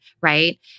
right